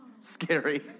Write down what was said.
Scary